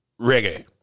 reggae